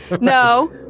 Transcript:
no